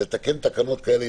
לתקן תקנות כאלה,